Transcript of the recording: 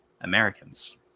Americans